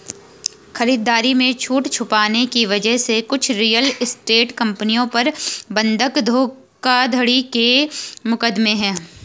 खरीदारी में छूट छुपाने की वजह से कुछ रियल एस्टेट कंपनियों पर बंधक धोखाधड़ी के मुकदमे हैं